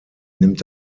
nimmt